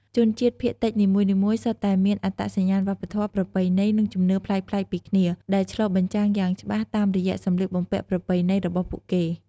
ជនជាតិភាគតិចនីមួយៗសុទ្ធតែមានអត្តសញ្ញាណវប្បធម៌ ប្រពៃណី និងជំនឿប្លែកៗពីគ្នា ដែលឆ្លុះបញ្ចាំងយ៉ាងច្បាស់តាមរយៈសម្លៀកបំពាក់ប្រពៃណីរបស់ពួកគេ។